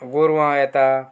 गोरवां येता